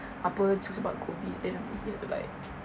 apa cause about COVID then he had to like